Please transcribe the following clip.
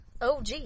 Og